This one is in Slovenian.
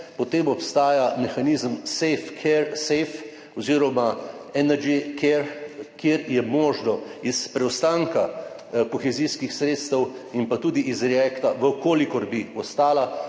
potem obstaja mehanizem Safecare oziroma Energy Care, kjer je možno iz preostanka kohezijskih sredstev in tudi iz React EU, če bi ostala,